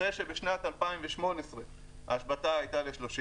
אחרי שבשנת 2018 ההשבתה הייתה ל-30